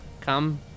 come